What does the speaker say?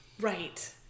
Right